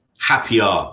happier